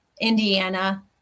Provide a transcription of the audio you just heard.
Indiana